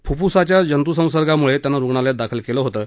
फ्फ्फ्सातल्या जंत्संसर्गाम्ळे त्यांना रुग्णालयात दाखल केलं होतं